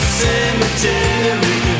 cemetery